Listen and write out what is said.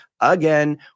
Again